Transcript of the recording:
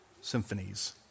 symphonies